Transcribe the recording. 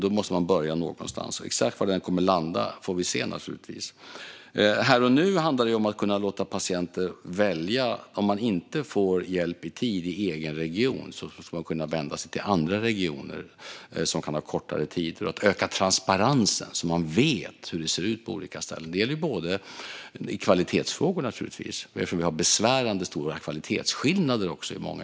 Då måste man börja någonstans. Exakt var det kommer att landa får vi naturligtvis se. Här och nu handlar det om att kunna låta patienter välja. Om man inte får hjälp i tid i egen region ska man kunna vända sig till andra regioner som kan ha kortare väntetider. Och det handlar om att öka transparensen, så att man vet hur det ser ut på olika ställen. Det gäller naturligtvis också kvalitetsfrågor. Vi har besvärande stora kvalitetsskillnader.